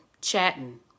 chatting